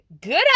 Good